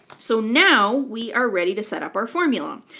so now we are ready to set up our formula.